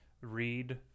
read